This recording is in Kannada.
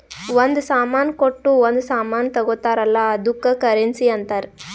ಒಂದ್ ಸಾಮಾನ್ ಕೊಟ್ಟು ಒಂದ್ ಸಾಮಾನ್ ತಗೊತ್ತಾರ್ ಅಲ್ಲ ಅದ್ದುಕ್ ಕರೆನ್ಸಿ ಅಂತಾರ್